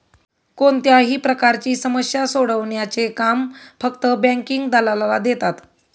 कोणत्याही प्रकारची समस्या सोडवण्याचे काम फक्त बँकिंग दलालाला देतात